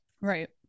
right